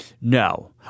No